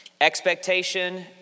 expectation